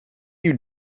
you